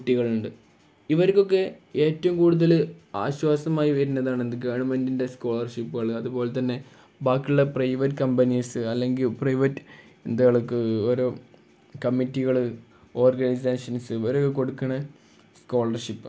കുട്ടികളുണ്ട് ഇവർക്കൊക്കെ ഏറ്റവും കൂടുതൽ ആശ്വാസമായി വരുന്നതാണ് എന്ത് ഗവൺമെൻറിൻ്റെ സ്കോളർഷിപ്പുകൾ അതുപോലെ തന്നെ ബാക്കിയുള്ള പ്രൈവറ്റ് കമ്പനീസ് അല്ലെങ്കിൽ പ്രൈവറ്റ് ഇത് കണക്ക് ഓരോ കമ്മിറ്റികൾ ഓർഗനൈസേഷൻസ് ഇവരൊക്കെ കൊടുക്കുന്ന സ്കോളർഷിപ്പ്